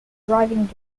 driving